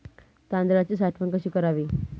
तांदळाची साठवण कशी करावी?